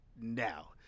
now